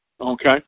Okay